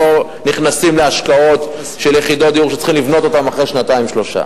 לא נכנסים להשקעות של יחידות דיור שצריך לבנות אחרי שנתיים-שלוש.